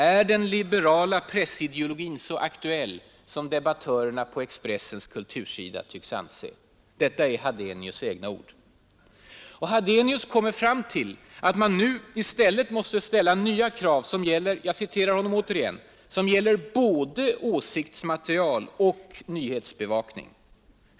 Är den liberala pressideologin så aktuell som debattörerna på Expressens kultursida tycks anse?” Hadenius kommer fram till att man nu måste ställa nya krav som gäller ”både åsiktsmaterial och nyhetsbevakning.